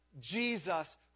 Jesus